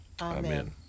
amen